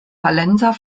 hallenser